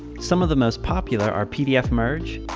some of the most popular are pdf merge,